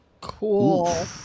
Cool